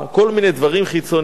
כל מיני דברים חיצוניים,